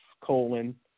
colon